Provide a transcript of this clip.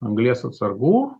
anglies atsargų